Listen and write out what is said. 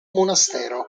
monastero